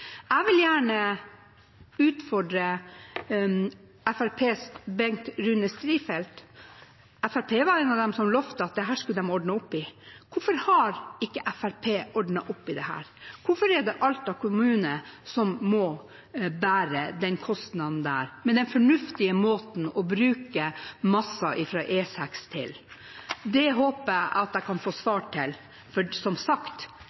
Jeg vil gjerne utfordre Fremskrittspartiets Bengt Rune Strifeldt. Fremskrittspartiet var en av dem som lovte at dette skulle de ordne opp i. Hvorfor har ikke Fremskrittspartiet ordnet opp i dette? Hvorfor er det Alta kommune som må bære den kostnaden med den fornuftige måten å bruke masser fra E6 til? Det håper jeg at jeg kan få svar på, for som sagt,